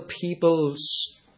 peoples